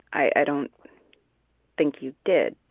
i don't think you did.